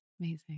Amazing